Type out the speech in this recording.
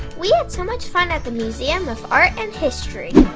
we had so much fun at the museum of art and history.